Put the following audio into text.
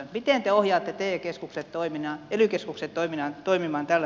miten te ohjaatte ely keskukset toimimaan tällä tavalla